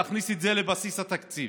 להכניס את זה לבסיס התקציב,